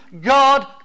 God